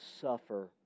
suffer